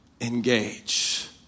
engage